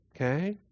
okay